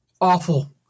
Awful